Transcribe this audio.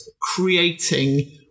creating